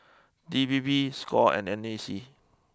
D P P Score and N A C